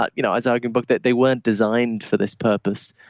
but you know as like and but that they weren't designed for this purpose.